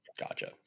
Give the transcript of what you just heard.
Gotcha